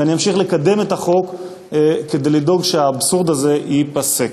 ואני אמשיך לקדם את החוק כדי לדאוג שהאבסורד הזה ייפסק.